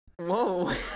Whoa